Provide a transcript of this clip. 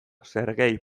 serguei